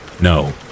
No